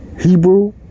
Hebrew